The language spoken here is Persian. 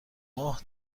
ماه